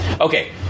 okay